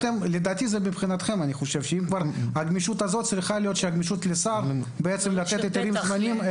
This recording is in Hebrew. מבחינתכם שהגמישות הזו תהיה הגמישות לשר לתת היתרים זמניים,